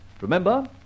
Remember